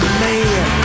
man